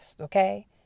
okay